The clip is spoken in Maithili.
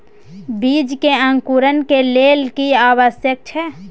बीज के अंकुरण के लेल की आवश्यक छै?